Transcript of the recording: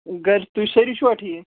گَرِ تُہۍ سٲری چھُوا ٹھیٖک